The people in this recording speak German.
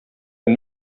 ein